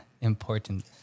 important